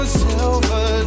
silver